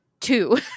two